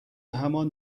همان